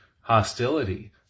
hostility